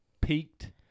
peaked